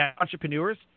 entrepreneurs